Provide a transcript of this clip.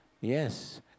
Yes